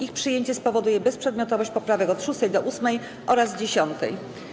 Ich przyjęcie spowoduje bezprzedmiotowość poprawek od 6. do 8. oraz 10.